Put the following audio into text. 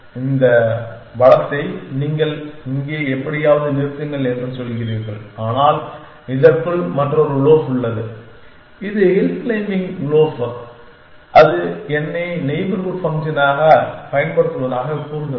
நீங்கள் வளத்தை முடித்தவுடன் இங்கே எதையாவது நிறுத்துங்கள் என்று சொல்கிறீர்கள் ஆனால் இதற்குள் மற்றொரு லோஃப் உள்ளது இது ஹில் க்ளைம்பிங் லோஃப் அது என்னை நெய்பர்ஹூட் ஃபங்க்ஷனாகப் பயன்படுத்துவதாகக் கூறுகிறது